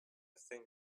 thing